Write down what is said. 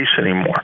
anymore